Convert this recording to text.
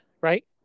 right